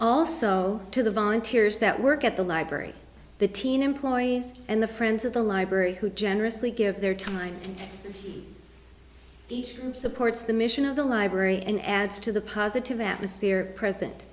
also to the volunteers that work at the library the teen employees and the friends of the library who generously give their time supports the mission of the library and adds to the positive atmosphere present